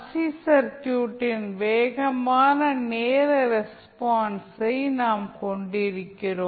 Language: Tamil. சி சர்க்யூட்டின் வேகமான நேர ரெஸ்பான்ஸை நாம் கொண்டிருக்கிறோம்